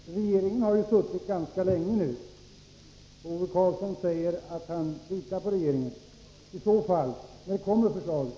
Herr talman! Regeringen har suttit ganska länge nu, och Ove Karlsson säger att han litar på regeringen. I så fall undrar jag: När kommer förslaget?